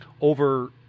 over